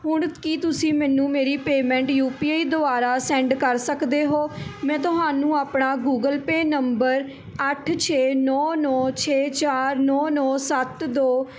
ਹੁਣ ਕੀ ਤੁਸੀਂ ਮੈਨੂੰ ਮੇਰੀ ਪੇਮੈਂਟ ਯੂ ਪੀ ਆਈ ਦੁਆਰਾ ਸੈਂਡ ਕਰ ਸਕਦੇ ਹੋ ਮੈਂ ਤੁਹਾਨੂੰ ਆਪਣਾ ਗੂਗਲ ਪੇ ਨੰਬਰ ਅੱਠ ਛੇ ਨੌ ਨੌ ਛੇ ਚਾਰ ਨੌ ਨੌ ਸੱਤ ਦੋ